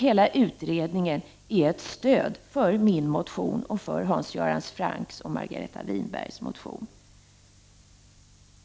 Hela utredningen är ett stöd för min motion och för Hans-Göran Francks och Margareta Winbergs motion.